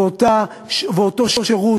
ואותו שירות,